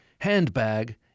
handbag